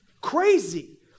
crazy